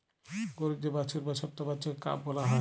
গরুর যে বাছুর বা ছট্ট বাচ্চাকে কাফ ব্যলা হ্যয়